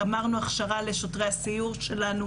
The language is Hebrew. גמרנו הכשרה לשוטרי הסיור שלנו,